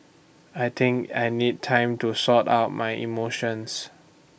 I think I need time to sort out my emotions